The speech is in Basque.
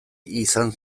izan